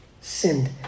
sinned